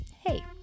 hey